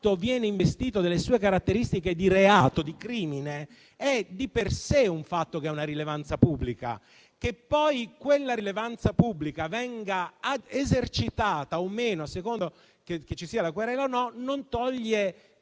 viene investito delle sue caratteristiche di reato, di crimine, è di per sé un fatto che ha una rilevanza pubblica. Che poi quella rilevanza pubblica venga esercitata o meno, a seconda che ci sia la querela o meno, ciò